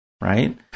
right